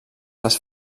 les